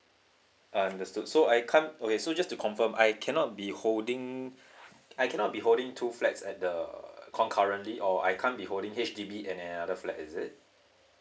I understood so I can't okay so just to confirm I cannot be holding I cannot be holding two flat at the err concurrently or I can't be holding H_D_B and another flat is it